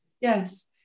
Yes